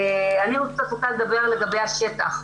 אני רוצה לדבר לגבי השטח.